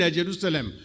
Jerusalem